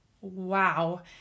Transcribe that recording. Wow